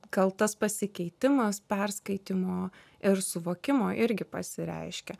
gal tas pasikeitimas perskaitymo ir suvokimo irgi pasireiškia